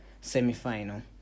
semi-final